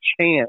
chance